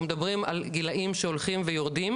מדברים על גילאים שהולכים ויורדים,